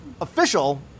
official